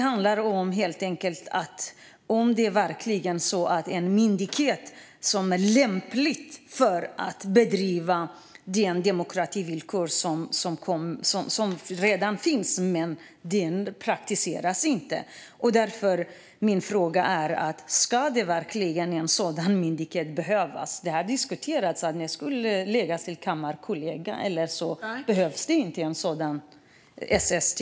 Frågan är om en myndighet är lämplig att genomdriva de demokrativillkor som redan finns men som inte praktiseras. Ska en sådan myndighet behövas? Frågan har diskuterats. Behövs SST?